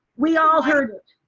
we all heard it.